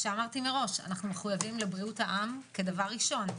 אמרתי מראש: אנחנו מחויבים לבריאות העם דבר ראשון.